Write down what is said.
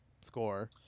score